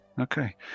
okay